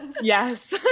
Yes